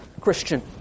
Christian